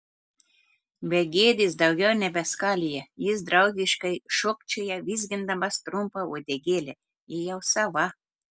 begėdis daugiau nebeskalija jis draugiškai šokčioja vizgindamas trumpą uodegėlę ji jau sava